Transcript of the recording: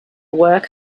works